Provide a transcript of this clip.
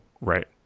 Right